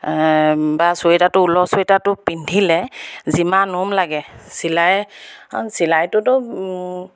বা চুইটাৰটো ঊলৰ চুইটাৰটো পিন্ধিলে যিমান উম লাগে চিলাই চিলাইটোতো